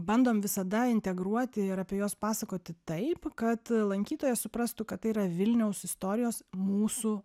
bandom visada integruoti ir apie juos pasakoti taip kad lankytojas suprastų kad tai yra vilniaus istorijos mūsų